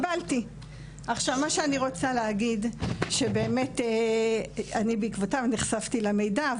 אני רק רוצה להגיד שבעקבותיו נחשפתי למידע.